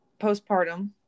postpartum